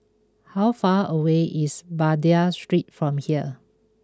how far away is Baghdad Street from here